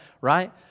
right